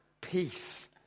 peace